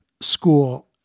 school